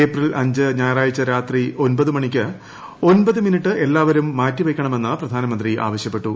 April അഞ്ച് ഞായറാഴ്ച രാത്രി ഒൻപത് മണിക്ക് ഒൻപത് മിനിറ്റ് എല്ലാവരും മാറ്റിവയ്ക്കണം എന്ന് പ്രധാനമന്ത്രി ആവശ്യപ്പെട്ടു